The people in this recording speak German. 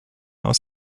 aus